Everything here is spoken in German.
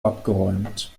abgeräumt